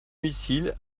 missiles